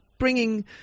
Bringing